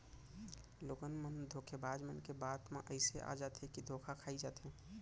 लोगन मन धोखेबाज मन के बात म अइसे आ जाथे के धोखा खाई जाथे